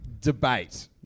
debate